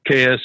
KS